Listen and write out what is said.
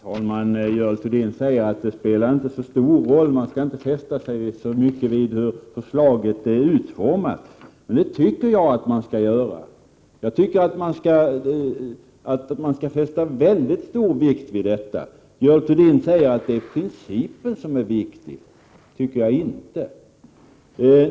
Herr talman! Görel Thurdin säger att det inte spelar så stor roll och att man inte skall fästa sig så mycket vid hur förslaget är utformat. Men det tycker jag att man skall göra. Jag tycker att man skall fästa mycket stor vikt vid utformningen. Görel Thurdin säger att det är principen som är viktig. Det tycker jag inte.